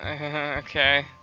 Okay